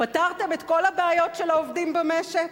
פתרתם את כל הבעיות של העובדים במשק?